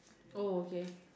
oh okay